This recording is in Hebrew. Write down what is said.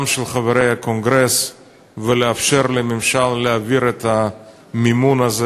של חברי הקונגרס ולאפשר לממשל להעביר את המימון הזה